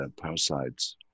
parasites